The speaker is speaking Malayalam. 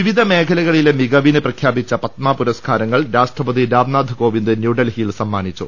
വിവിധ മേഖലകളിലെ മികവിന് പ്രഖ്യാപിച്ച പത്മപുരസ്കാരങ്ങൾ രാഷ്ട്രപതി രാംനാഥ് കോവിന്ദ് ന്യൂഡൽഹിയിൽ സമ്മാനിച്ചു